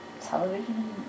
television